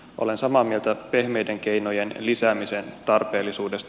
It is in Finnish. olen samaa mieltä pehmeiden keinojen lisäämisen tarpeellisuudesta